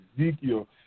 Ezekiel